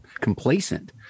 complacent